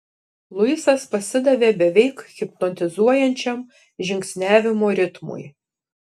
luisas pasidavė beveik hipnotizuojančiam žingsniavimo ritmui